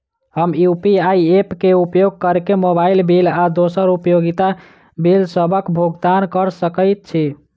हम UPI app क उपयोग करके मोबाइल बिल आ दोसर उपयोगिता बिलसबक भुगतान कर सकइत छि